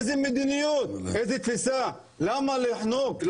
איזה מדיניות, איזה תפיסה, למה לחנוק?